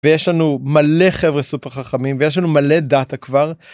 ויש לנו מלא חבר'ה סופר חכמים ויש לנו מלא דאטה כבר.